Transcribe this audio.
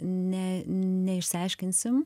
ne neišsiaiškinsim